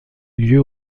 lieu